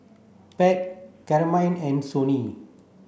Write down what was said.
Pat Carmine and Sonny